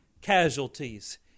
casualties